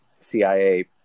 CIA